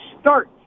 start